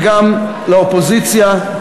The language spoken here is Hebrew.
וגם לאופוזיציה.